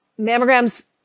mammograms